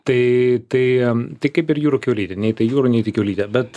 tai tai tai kaip ir jūrų kiaulytė nei tai jūrų nei tai kiaulytė bet